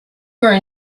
were